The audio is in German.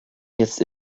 jetzt